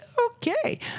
okay